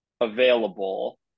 available